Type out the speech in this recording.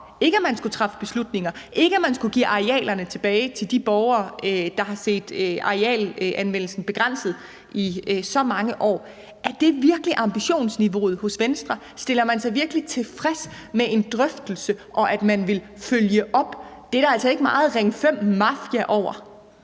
ikke at man skulle træffe beslutninger, og ikke at man skulle give arealerne tilbage til de borgere, der har set arealanvendelsen begrænset i så mange år. Er det virkelig ambitionsniveauet hos Venstre? Stiller man sig virkelig tilfreds med en drøftelse, og at man vil følge op? Det er der altså ikke meget Ring 5-mafia over.